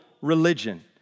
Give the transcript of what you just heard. religion